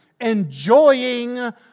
enjoying